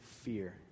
fear